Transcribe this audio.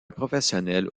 professionnelle